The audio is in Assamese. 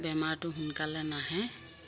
বেমাৰটো সোনকালে নাহে